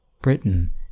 Britain